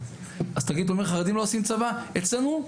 אז אתה תגיד: חרדים לא עושים צבא אצלנו,